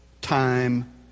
time